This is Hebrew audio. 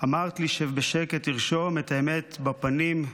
אמרת לי: שב בשקט, תרשום / את האמת בפנים,